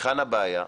היכן הבעיה?